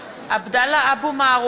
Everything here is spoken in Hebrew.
(קוראת בשמות חברי הכנסת) עבדאללה אבו מערוף,